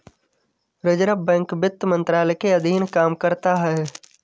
reserve Bank वित्त मंत्रालय के अधीन काम करता है